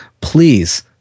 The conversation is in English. please